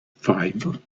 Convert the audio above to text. five